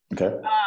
Okay